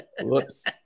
Whoops